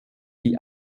die